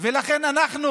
ולכן אנחנו